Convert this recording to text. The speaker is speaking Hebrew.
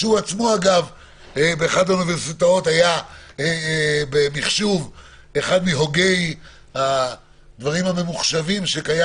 שהוא בעצמו היה אחד מהוגי הדברים הממוחשבים שיש